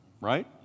right